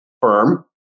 firm